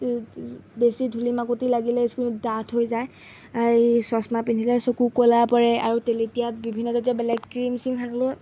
বেছি ধূলি মাকতি লাগিলে ইস্কিণ ডাঠ হৈ যায় চছমা পিন্ধিলে চকু ক'লা পৰে আৰু তেলেতীয়া বিভিন্ন জাতীয় বেলেগ ক্ৰীম চিম সানিলে